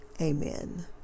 Amen